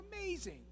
amazing